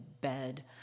bed